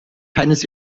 keines